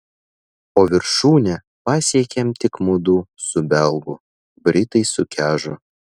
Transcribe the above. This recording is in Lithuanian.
o viršūnę pasiekėm tik mudu su belgu britai sukežo